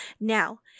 Now